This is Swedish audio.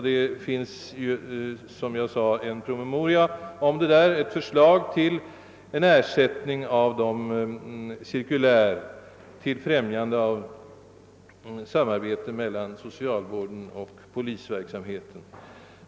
Det finns, som jag redan har framhållit, en promemoria härom med förslag till ersättning av de båda cirkulären beträffande främjande av samarbetet mellan socialvården och polisverksamheten.